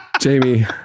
Jamie